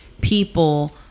people